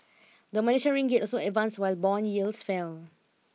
the Malaysian ringgit also advanced while bond yields fell